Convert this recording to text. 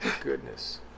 Goodness